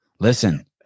Listen